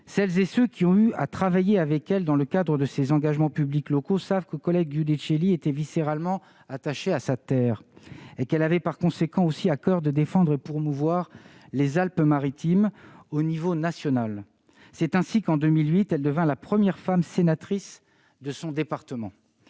Celles et ceux qui ont eu à travailler avec elle dans le cadre de ses engagements publics locaux savent que Colette Giudicelli était viscéralement attachée à sa terre et qu'elle avait, par conséquent, aussi à coeur de défendre et promouvoir les Alpes-Maritimes au niveau national. C'est ainsi qu'en 2008 elle devint la première femme sénatrice de son département.